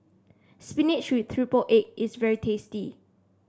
spinach with triple egg is very tasty